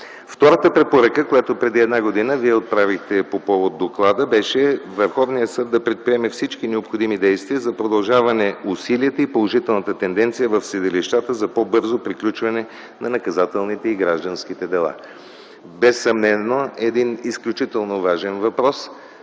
Втората препоръка, която преди една година вие отправихте по повод доклада, беше Върховният съд да предприеме всички необходими действия за продължаване усилията и положителната тенденция в съдилищата за по-бързо приключване на наказателните и гражданските дела. Безсъмнено един изключително важен въпрос.